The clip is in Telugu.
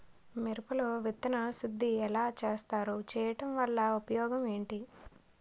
మిరప లో విత్తన శుద్ధి ఎలా చేస్తారు? చేయటం వల్ల ఉపయోగం ఏంటి?